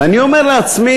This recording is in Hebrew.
ואני אומר לעצמי: